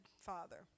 Father